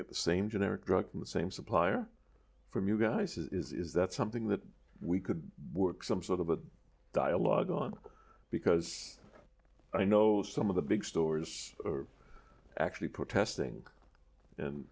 get the same generic drug from the same supplier from you guys is that something that we could work some sort of a dialogue on because i know some of the big stores are actually protesting and